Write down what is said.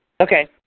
Okay